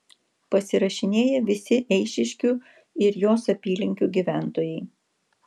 pasirašinėja visi eišiškių ir jos apylinkių gyventojai